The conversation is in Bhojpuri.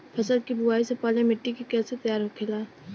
फसल की बुवाई से पहले मिट्टी की कैसे तैयार होखेला?